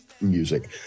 music